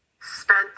spent